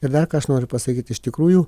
ir dar ką aš noriu pasakyt iš tikrųjų